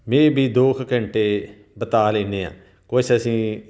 May B ਦੋ ਕੁ ਘੰਟੇ ਬਿਤਾ ਲੈਂਦੇ ਹਾਂ ਕੁਛ ਅਸੀਂ